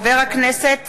אינו נוכח שמעון סולומון,